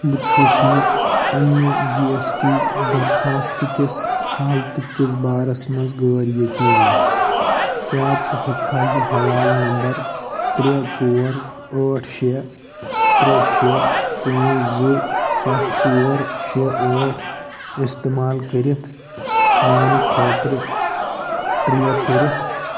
بہٕ چھُس نہٕ پنٛنہِ جی اٮ۪س ٹی درخاست کِس حالتہٕ کِس بارس منٛز غٲر یقیٖنی کیٛاہ ژٕ ہیٚککھا یہِ حوالہٕ نمبر ترٛےٚ ژور ٲٹھ شےٚ ترٛےٚ شےٚ پانٛژھ زٕ ستھ ژور شےٚ ٲٹھ اِستعمال کٔرِتھ میٛانہِ خٲطرٕ ٹرٛیک کٔرِتھ